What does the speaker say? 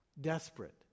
desperate